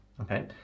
Okay